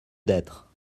d’être